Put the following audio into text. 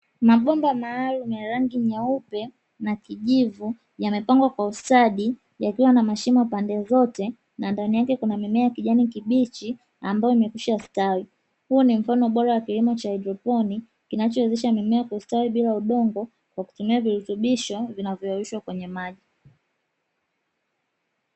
Bomba maalumu ya rangi nyeupe na kijivu yamepangwa kwa ustadi yakiwa na mashimo pande zote na ndani yake kuna mimea ya kijani kibichi ambayo imekwisha, stawi huo ni mfano bora wa kilimo cha haidroponi kinachowezesha mimea kustawi bila udongo kwa kutumia virutubisho vinavyoyeyushwa kwenye maji.